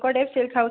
Sankardev silk হাউচত